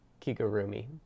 Kikurumi